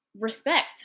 respect